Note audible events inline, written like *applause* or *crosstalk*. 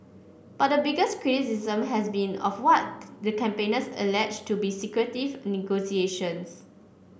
but the biggest criticism has been of what *unintelligible* the campaigners allege to be secretive negotiations